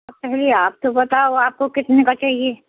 पहले आप तो बताओ आपको कितने का चाहिए